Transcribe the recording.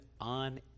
on